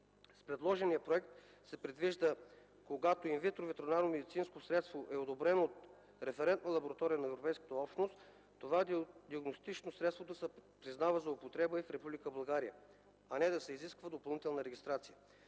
С предложения проект се предвижда, когато ин витро ветеринарномедицинско средство е одобрено от референтна лаборатория на Европейската общност, това диагностично средство да се признава за употреба и в Република България, а не да се изисква допълнителна регистрация.